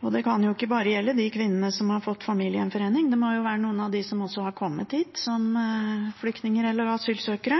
Det kan ikke bare gjelde de kvinnene som har fått familiegjenforening; det må jo gjelde også noen av dem som har kommet hit som flyktninger eller asylsøkere.